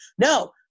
no